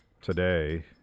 today